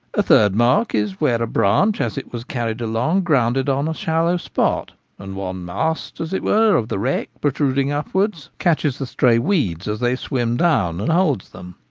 a third mark is where a branch, as it was carried along, grounded on a shallow spot and one mast, as it were, of the wreck protruding upwards, catches the stray weeds as they swim down and holds them.